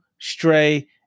Stray